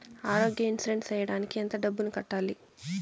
ఆరోగ్య ఇన్సూరెన్సు సేయడానికి ఎంత డబ్బుని కట్టాలి?